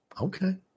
Okay